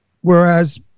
Whereas